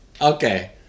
Okay